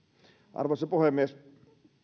arvoisa puhemies